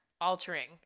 altering